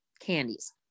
candies